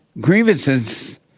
grievances